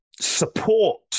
support